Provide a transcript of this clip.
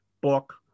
book